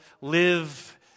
Live